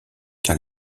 car